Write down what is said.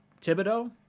Thibodeau